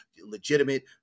legitimate